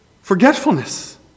forgetfulness